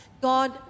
God